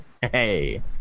Hey